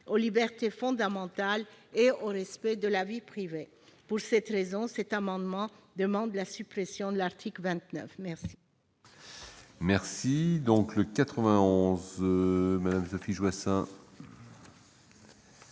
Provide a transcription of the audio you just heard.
aux libertés fondamentales et au respect de la vie privée. Pour cette raison, cet amendement vise à supprimer l'article 29. La